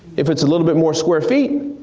if it's a little bit more square feet,